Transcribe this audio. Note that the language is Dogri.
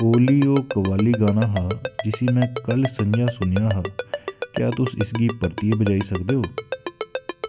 ओली ओह् कव्वाली गाना हा जिसी में कल्ल स'ञां सुनेआ हा क्या तुस इसगी परतियै बजाई सकदे ओ